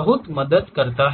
बहुत मदद करता है